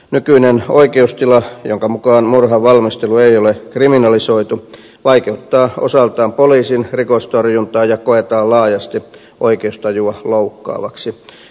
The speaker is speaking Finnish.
nykyinen oikeustila jonka mukaan murhan valmistelu ei ole kriminalisoitu vaikeuttaa osaltaan poliisin rikostorjuntaa ja koetaan laajasti oikeustajua loukkaavaksi